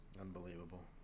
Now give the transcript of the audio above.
Unbelievable